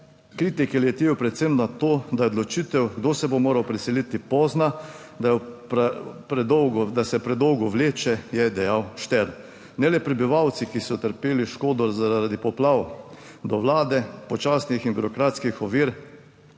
kritike letijo predvsem na to, da je odločitev, kdo se bo moral preseliti, pozna, da je predolgo, da se predolgo vleče, je dejal Šter. Ne le prebivalci, ki so utrpeli škodo zaradi poplav, do Vlade, počasnih in birokratskih ovir